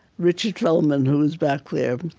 richard feldman, who's back there,